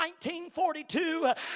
1942